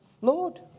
Lord